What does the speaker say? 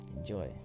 enjoy